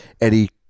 eddie